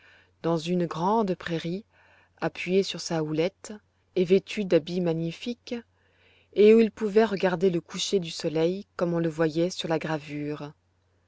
dans une grande prairie appuyé sur sa houlette et vêtu d'habits magnifiques et où il pouvait regarder le coucher du soleil comme on le voyait sur la gravure